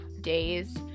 days